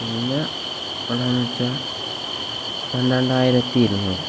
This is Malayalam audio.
പിന്നെ ഏതാന്ന് വെച്ചാ പന്ത്രണ്ടായിരത്തി ഇരുനൂറ്